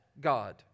God